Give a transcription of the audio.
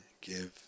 give